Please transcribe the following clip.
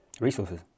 resources